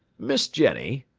miss jenny,